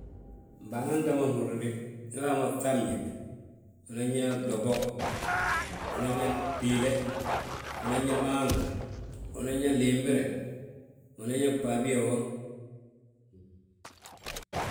Mbaaŋan ta ma nhúrni, ndu uyaa mo: bŧabñe, unan yaa bloto, unan yaa biile, unan yaa maangu, unan yaa limbire, unan yaa baabiyaa wo.